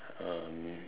um